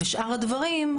ושאר הדברים,